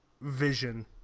Vision